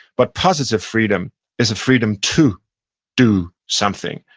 but positive freedom is a freedom to do something.